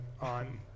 on